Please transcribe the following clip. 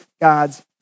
God's